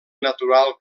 natural